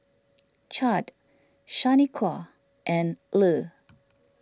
Chadd Shaniqua and Le